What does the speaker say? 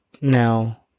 now